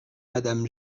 madame